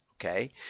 okay